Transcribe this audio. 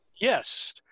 Yes